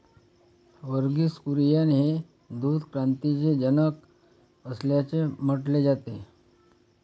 वर्गीस कुरियन हे दूध क्रांतीचे जनक असल्याचे म्हटले जाते